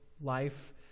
life